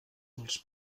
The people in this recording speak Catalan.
dels